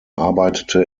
arbeitete